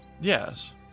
Yes